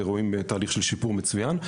ואכן רואים תהליך של שיפור מצוין.